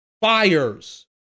fires